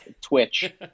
Twitch